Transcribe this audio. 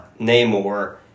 Namor